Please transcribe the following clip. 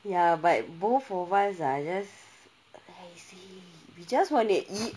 ya but both of us are just we just lazy we just want to eat